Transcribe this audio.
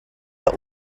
but